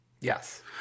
Yes